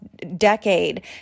decade